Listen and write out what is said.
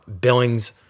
Billings